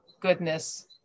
goodness